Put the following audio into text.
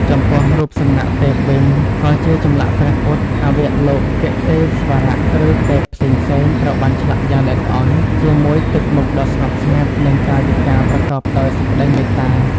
ចំពោះរូបសំណាកទេពវិញ ក៏ជាចម្លាក់ព្រះពុទ្ធ អវលោកិតេស្វរៈ ឬទេពផ្សេងៗត្រូវបានឆ្លាក់យ៉ាងល្អិតល្អន់ ជាមួយទឹកមុខដ៏ស្ងប់ស្ងាត់ និងកាយវិការប្រកបដោយសេចក្តីមេត្តា។